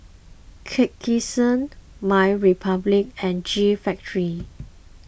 MyRepublic and G Factory